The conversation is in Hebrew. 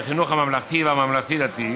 ובהם החינוך הממלכתי והממלכתי-דתי,